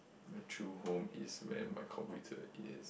the true home is where my computer is